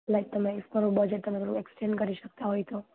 like તમે if કરો budget તમારું એક્સ્ચેન્જ કરી શકતા હોય તો